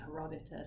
herodotus